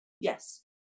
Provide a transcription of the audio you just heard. Yes